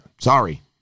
Sorry